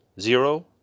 zero